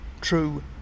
true